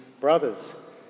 brothers